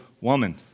woman